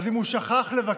אז אם הוא שכח לבקש,